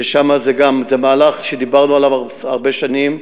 ששם זה גם מהלך שדיברנו עליו הרבה שנים,